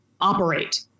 operate